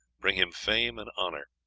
bring him fame and honour.